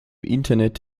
internet